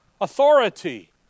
authority